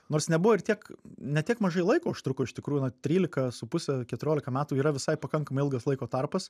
nors nebuvo ir tiek ne tiek mažai laiko užtruko iš tikrųjų na trylika su puse keturiolika metų yra visai pakankamai ilgas laiko tarpas